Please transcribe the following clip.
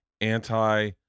anti